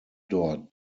dort